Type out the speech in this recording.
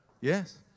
Yes